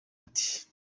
ati